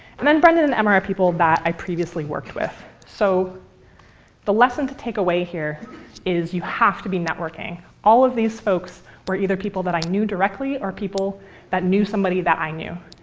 and then brendan and emma are people that i previously worked with. so the lesson to take away here is, you have to be networking. all of these folks were either people that i knew directly or people that knew somebody that i knew.